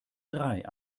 drei